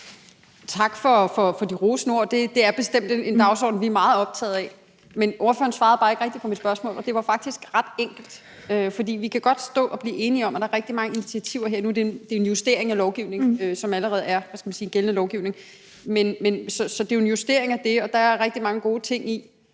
Tak for de rosende ord. Det er bestemt en dagsorden, vi er meget optaget af. Men ordføreren svarede bare ikke rigtig på mit spørgsmål, og det var faktisk ret enkelt. For vi kan godt stå og blive enige om, at der er rigtig mange initiativer her. Nu er det her en justering af en allerede gældende lovgivning, kan man sige. Så det er en justering af den, og der er rigtig mange gode ting i